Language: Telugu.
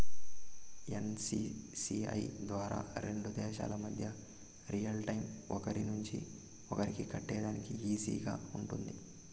ఎన్.సి.పి.ఐ ద్వారా రెండు దేశాల మధ్య రియల్ టైము ఒకరి నుంచి ఒకరికి కట్టేదానికి ఈజీగా గా ఉంటుందా?